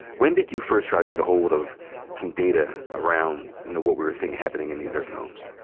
when did you first try to get ahold of some data around what we were seeing happening in these nursing homes?